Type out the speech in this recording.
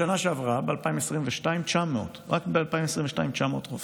בשנה שעברה, ב-2022, 900, רק ב-2022, 900 רופאים.